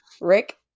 Rick